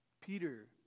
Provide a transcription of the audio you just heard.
Peter